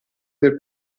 del